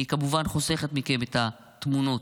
אני כמובן חוסכת מכם את התמונות.